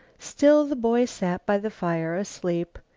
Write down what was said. still the boy sat by the fire, asleep,